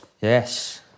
Yes